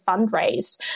fundraise